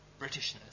Britishness